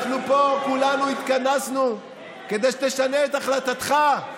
אנחנו פה כולנו התכנסנו כדי שתשנה את החלטתך.